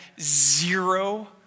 zero